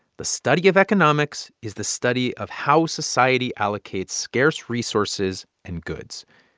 the study of economics is the study of how society allocates scarce resources and goods.